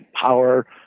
power